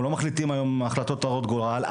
אנחנו לא מחליטים היום החלטות הרות גורל,